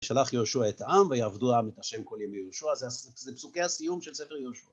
שלח יהושע את העם ויעבדו העם את השם כל ימי יהושע, זה פסוקי הסיום של ספר יהושע.